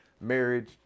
marriage